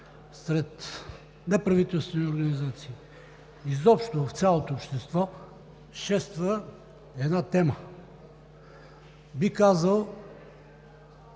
сред неправителствени организации, изобщо в цялото общество шества една тема, бих казал,